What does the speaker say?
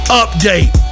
update